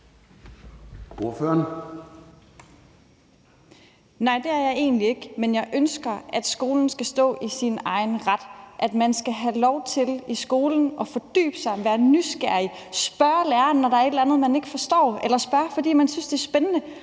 Nej, det er jeg egentlig ikke, men jeg ønsker, at skolen skal stå i sin egen ret: at man i skolen skal have lov til at fordybe sig, være nysgerrig, spørge læreren, når der er et eller andet, man ikke forstår, eller spørge, fordi man synes, det er spændende.